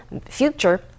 Future